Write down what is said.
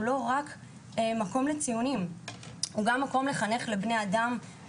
לא רק מקום לציונים אלא הוא גם מקום לחנך לסובלנות